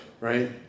right